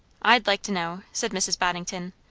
i'd like to know, said mrs. boddington.